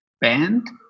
Band